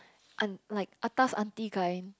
and like atas aunty kind